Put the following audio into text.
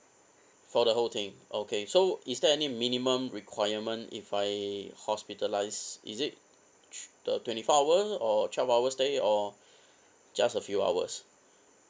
for the whole thing okay so is there any minimum requirement if I hospitalized is it thr~ the twenty four hour or twelve hour stay or just a few hours